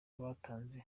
abatanze